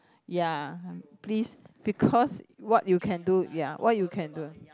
ya please because what you can do ya what you can do